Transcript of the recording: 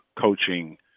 coaching